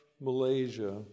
Malaysia